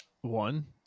one